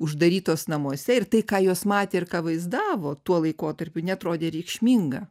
uždarytos namuose ir tai ką jos matė ir ką vaizdavo tuo laikotarpiu neatrodė reikšminga